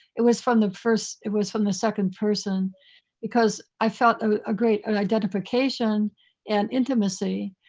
it was from the first, it was from the second person because i felt a great identification and intimacy.